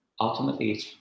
ultimately